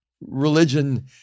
religion